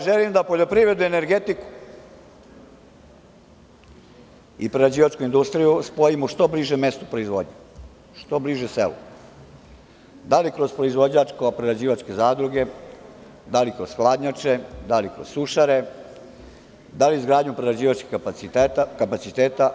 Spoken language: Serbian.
Želim da poljoprivredu, energetiku i prerađivačku industriju spojimo što bliže mestu proizvodnje, što bliže selu, da li kroz proizvođačko-prerađivačke zadruge, da li kroz hladnjače, da li kroz sušare, da li izgradnjom prerađivačkih kapaciteta.